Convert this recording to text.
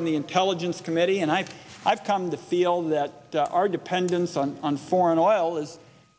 on the intelligence committee and i think i've come to feel that our dependence on foreign oil